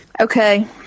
Okay